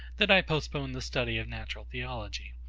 that i postpone the study of natural theology.